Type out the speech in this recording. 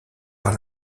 par